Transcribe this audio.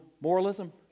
moralism